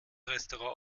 restaurant